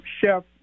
Chef